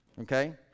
okay